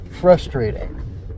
frustrating